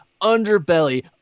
underbelly